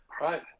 Right